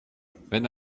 wenn